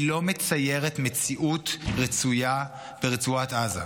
היא לא מציירת מציאות רצויה ברצועת עזה.